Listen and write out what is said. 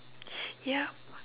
ya